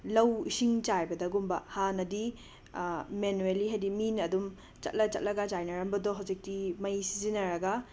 ꯂꯧ ꯏꯁꯤꯡ ꯆꯥꯏꯕꯗꯒꯨꯝꯕ ꯍꯥꯟꯅꯗꯤ ꯃꯦꯅꯨꯋꯦꯂꯤ ꯍꯥꯏꯗꯤ ꯃꯤꯅ ꯑꯗꯨꯝ ꯆꯠꯂ ꯆꯠꯂꯒ ꯆꯥꯏꯅꯔꯝꯕꯗꯣ ꯍꯧꯖꯤꯛꯇꯤ ꯃꯩ ꯁꯤꯖꯤꯟꯅꯔꯒ